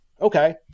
okay